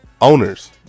owners